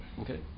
Okay